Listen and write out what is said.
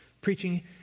Preaching